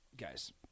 guys